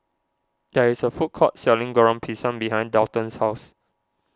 there is a food court selling Goreng Pisang behind Daulton's house